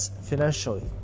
financially